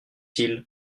ils